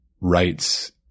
rights